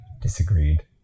disagreed